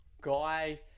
guy